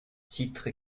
titre